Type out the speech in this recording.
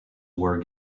were